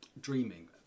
dreaming